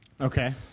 Okay